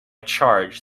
charge